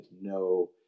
no